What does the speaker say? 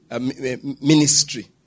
ministry